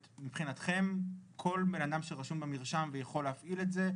מבחינתכם כל בן אדם שרשום במרשם ויכול להפעיל את זה,